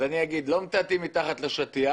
אז אגיד: לא מטאטאים מתחת לשטיח,